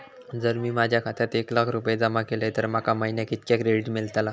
जर मी माझ्या खात्यात एक लाख रुपये जमा केलय तर माका महिन्याक कितक्या क्रेडिट मेलतला?